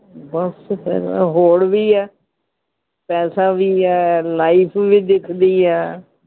ਬਸ ਫਾਇਦਾ ਹੋਰ ਵੀ ਹੈ ਪੈਸਾ ਵੀ ਹੈ ਲਾਈਫ ਵੀ ਦਿਖਦੀ ਹੈ